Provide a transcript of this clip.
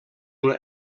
una